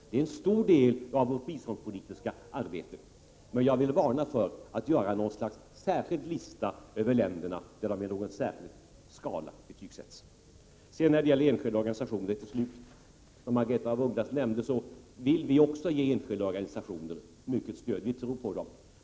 Det är en stor del av vårt biståndspolitiska arbete. Men jag vill varna för att göra något slags lista där länderna betygsätts efter en särskild skala. Till enskilda organisationer, som Margaretha af Ugglas också nämnde, vill även vi ge mycket stöd. Vi tror på dem.